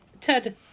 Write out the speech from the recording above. Ted